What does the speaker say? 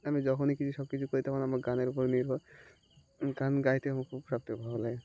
আমি যখনই কিছু সব কিছু করি তখন আমার গানের উপর নির্ভর গান গাইতে আমার খুব সবথেকে ভালো লাগে